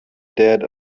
dead